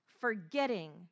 forgetting